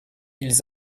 ils